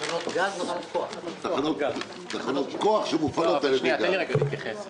תחנות כוח שמופעלות על ידי גז.